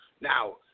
Now